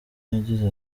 yagize